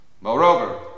Moreover